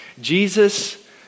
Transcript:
Jesus